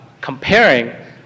comparing